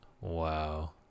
Wow